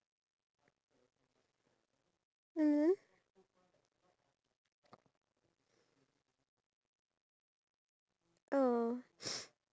and then we can eat breakfast like you can eat until however long you want and then me by nine I have to go up because the person is coming to do my lashes at nine